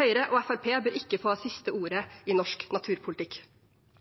Høyre og Fremskrittspartiet bør ikke få det siste ordet i norsk naturpolitikk.